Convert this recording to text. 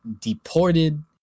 deported